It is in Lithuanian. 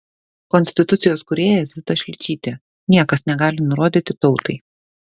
konstitucijos kūrėja zita šličytė niekas negali nurodyti tautai